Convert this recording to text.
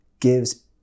gives